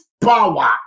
power